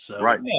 Right